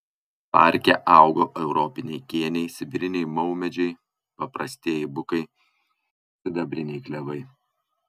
parke augo europiniai kėniai sibiriniai maumedžiai paprastieji bukai sidabriniai klevai